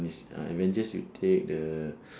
miss uh avengers you take the